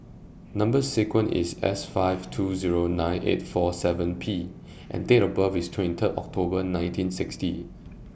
Number sequence IS S five two Zero nine eight four seven P and Date of birth IS twenty Third October nineteen sixty